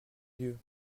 vieux